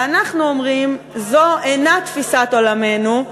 ואנחנו אומרים: זו אינה תפיסת עולמנו,